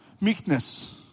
Meekness